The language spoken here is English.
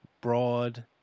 broad